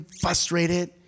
frustrated